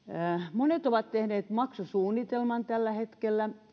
monet ulosotossa olevat ovat tehneet maksusuunnitelman tällä hetkellä